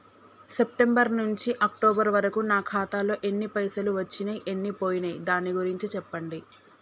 September నుంచి October వరకు నా ఖాతాలో ఎన్ని పైసలు వచ్చినయ్ ఎన్ని పోయినయ్ దాని గురించి చెప్పండి?